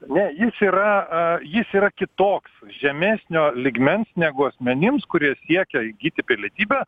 ne jis yra a jis yra kitoks žemesnio lygmens negu asmenims kurie siekia įgyti pilietybę